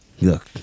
Look